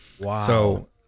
Wow